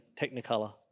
Technicolor